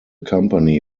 company